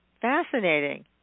fascinating